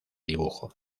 dibujo